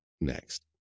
next